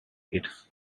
its